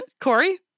Corey